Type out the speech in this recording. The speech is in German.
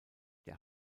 der